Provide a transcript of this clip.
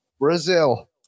Brazil